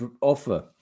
offer